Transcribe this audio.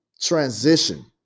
transition